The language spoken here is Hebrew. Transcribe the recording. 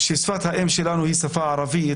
ששפת האם שלנו היא השפה הערבית,